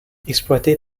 exploités